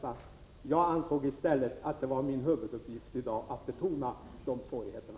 Jag ansåg att det var min huvuduppgift att betona svårigheterna.